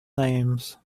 names